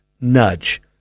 nudge –